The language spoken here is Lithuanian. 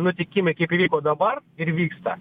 nutikimai kaip įvyko dabar ir vyksta